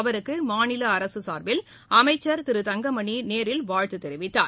அவருக்கு மாநில அரசு சார்பில் அமைச்சர் திரு தங்கமணி நேரில் வாழ்த்து தெரிவித்தார்